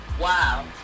Wow